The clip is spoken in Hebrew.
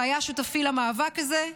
שהיה שותפי למאבק הזה,